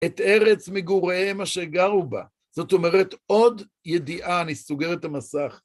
את ארץ מגוריהם אשר גרו בה, זאת אומרת עוד ידיעה, אני סוגר את המסך.